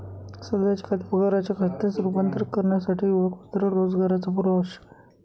सध्याचे खाते पगाराच्या खात्यात रूपांतरित करण्यासाठी ओळखपत्र रोजगाराचा पुरावा आवश्यक आहे